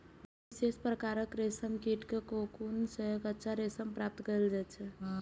विशेष प्रकारक रेशम कीट के कोकुन सं कच्चा रेशम प्राप्त कैल जाइ छै